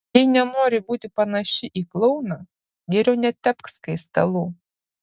jei nenori būti panaši į klouną geriau netepk skaistalų